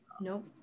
Nope